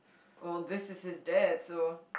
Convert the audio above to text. well this is his dad so